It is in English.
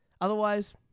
otherwise